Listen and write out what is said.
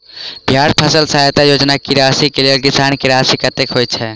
बिहार फसल सहायता योजना की राशि केँ लेल किसान की राशि कतेक होए छै?